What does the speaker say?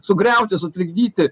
sugriauti sutrikdyti